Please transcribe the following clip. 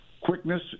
quickness